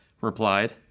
replied